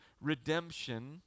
redemption